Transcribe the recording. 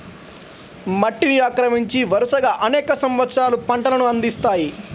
మట్టిని ఆక్రమించి, వరుసగా అనేక సంవత్సరాలు పంటలను అందిస్తాయి